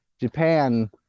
japan